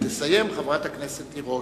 תסיים חברת הכנסת תירוש.